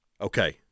okay